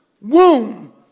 womb